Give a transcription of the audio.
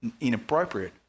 inappropriate